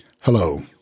Hello